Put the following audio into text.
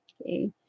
okay